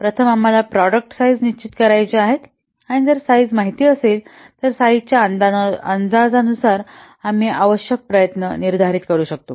प्रथम आम्हाला product size निश्चित करायचे आहेत आणि जर साइज माहित असेल तर साइजच्या अंदाजानुसार आम्ही आवश्यक प्रयत्न निर्धारित करू शकतो